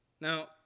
Now